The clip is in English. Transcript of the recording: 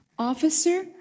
Officer